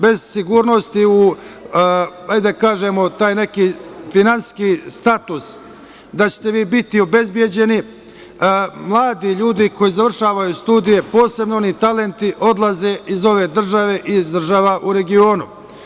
Bez sigurnosti u, da tako kažem, taj neki finansijski status, da ćete vi biti obezbeđeni, mladi ljudi koji završavaju studije, posebno oni talenti, odlaze iz ove države i iz država u regionu.